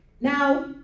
Now